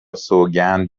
سوگند